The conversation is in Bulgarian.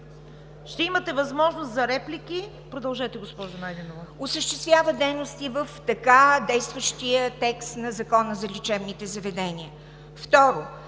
Ще имате възможност за реплики. Продължете, госпожо Найденова. ВАЛЕНТИНА НАЙДЕНОВА: …осъществяват дейности в така действащия текст на Закона за лечебните заведения. Второ,